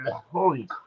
holy